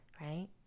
right